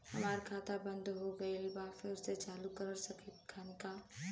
हमार खाता बंद हो गइल बा फिर से चालू करा खातिर का चाही?